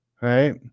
Right